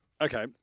Okay